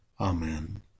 Amen